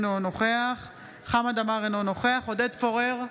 אינו נוכח חמד עמאר, אינו נוכח עודד פורר,